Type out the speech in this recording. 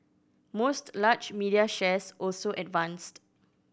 most large media shares also advanced